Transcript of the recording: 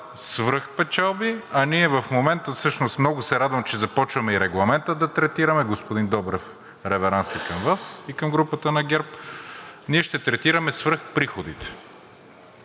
свръхпечалби. Ние в момента… Всъщност много се радвам, че започваме и Регламента да третираме. Господин Добрев, реверанс и към Вас, и към групата на ГЕРБ. Ние ще третираме свръхприходите.